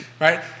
right